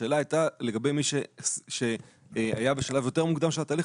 השאלה הייתה לגבי מי שהיה בשלב יותר מוקדם של התהליך,